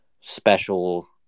special